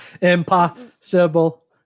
Impossible